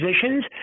positions